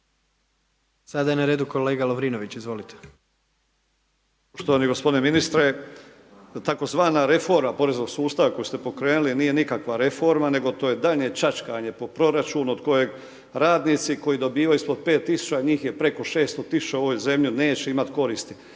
Ivan (Promijenimo Hrvatsku)** Poštovani gospodine ministre, da tzv. reforma poreznog sustava koju ste pokrenuli nije nikakva reforma nego to je daljnje čačkanje po proračunu od kojeg radnici koji dobivaju ispod 5 tisuća njih je preko 600 tisuća u ovoj zemlji neće imati koristi,